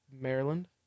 Maryland